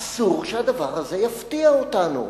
אסור שהדבר הזה יפתיע אותנו.